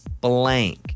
blank